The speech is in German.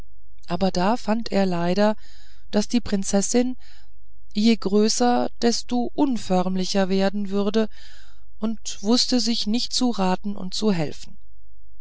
aber da fand er leider daß die prinzessin je größer desto unförmlicher werden würde und wußte sich nicht zu raten und zu helfen